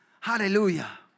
Hallelujah